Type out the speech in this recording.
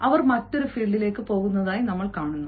അവർ മറ്റൊരു ഫീൽഡിലേക്ക് മാറുന്നു